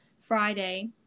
Friday